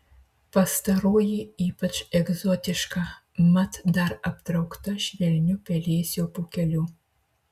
pastaroji ypač egzotiška mat dar aptraukta švelniu pelėsio pūkeliu